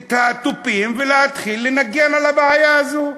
את התופים ולהתחיל לנגן על הבעיה הזאת.